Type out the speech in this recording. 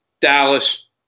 Dallas